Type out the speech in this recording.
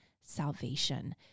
salvation